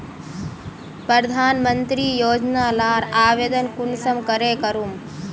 प्रधानमंत्री योजना लार आवेदन कुंसम करे करूम?